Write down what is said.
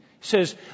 says